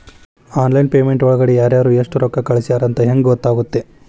Online payment ಒಳಗಡೆ ಯಾರ್ಯಾರು ಎಷ್ಟು ರೊಕ್ಕ ಕಳಿಸ್ಯಾರ ಅಂತ ಹೆಂಗ್ ಗೊತ್ತಾಗುತ್ತೆ?